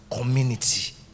Community